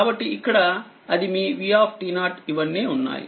కాబట్టిఇక్కడ అది మీ vఇవన్నీ ఉన్నాయి